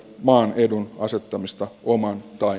maan edun asettamista omaan tai